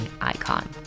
icon